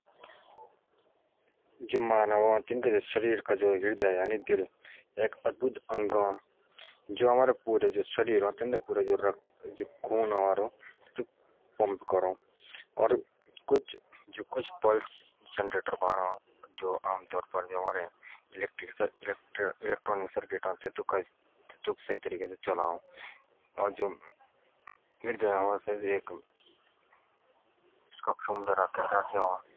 मानव का शरीर का जो दिल एक अद्भुत अंग अ जो हमारे शरीर का जो लोई तेथोक पंप करो। और कुछ पल्स जनरेटर बनो जो आम तौर पादे तेथोक इलेक्ट्रिक सर्किट अ शाही तरीके से चला ओ।